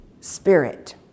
spirit